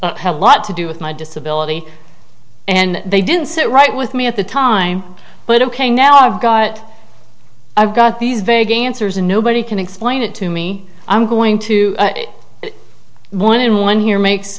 a lot to do with my disability and they didn't sit right with me at the time but ok now i've got i've got these vague answers and nobody can explain it to me i'm going to one in one here makes